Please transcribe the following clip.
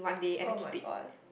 [oh]-my-god